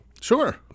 Sure